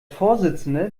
vorsitzende